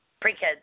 pre-kids